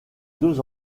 deux